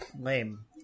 lame